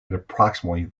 approximately